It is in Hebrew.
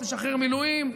משחרר מילואים,